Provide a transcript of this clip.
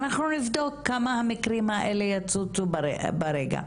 אנחנו נבדוק כמה המקרים האלה יצוצו ברגע.